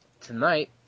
tonight